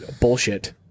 Bullshit